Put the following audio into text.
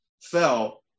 fell